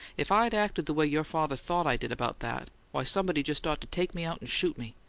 if i'd acted the way your father thought i did about that, why, somebody just ought to take me out and shoot me!